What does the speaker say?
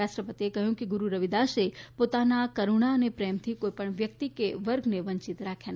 રાષ્ટ્રપતિએ કહ્યું કે ગુરૂ રવિદાસે પોતાની કરૂણ અને પ્રેમથી કોઇપણ વ્યકિત કે વર્ગને વંચિત રાખ્યા નથી